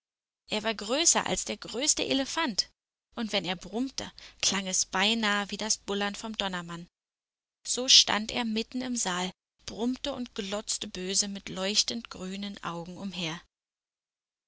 er war größer als der größte elefant und wenn er brummte klang es beinahe wie das bullern vom donnermann so stand er mitten im saal brummte und glotzte böse mit leuchtend grünen augen umher